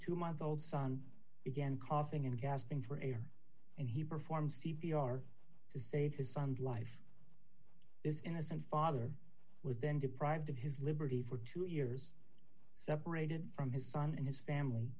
two month old son began coughing and gasping for air and he performed c p r to save his son's life this innocent father was then deprived of his liberty for two years separated from his son and his family